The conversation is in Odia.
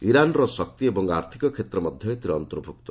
ଇରାନ୍ର ଶକ୍ତି ଏବଂ ଆର୍ଥିକ କ୍ଷେତ୍ର ମଧ୍ୟ ଏଥିରେ ଅନ୍ତର୍ଭୁକ୍ତ